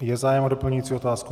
Je zájem o doplňující otázku?